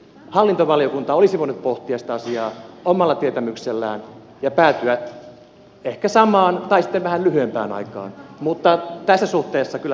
hallintovaliokunta olisi voinut pohtia sitä asiaa omalla tietämyksellään ja päätyä ehkä samaan tai sitten vähän lyhyempään aikaan mutta tässä suhteessa kyllä perustuslakivaliokunta ansaitsee vähän huomiota